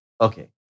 Okay